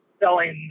selling